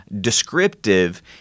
descriptive